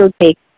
take